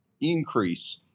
increase